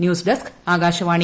news desk Akashvani